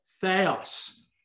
theos